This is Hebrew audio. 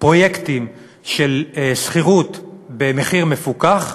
פרויקטים של שכירות במחיר מפוקח,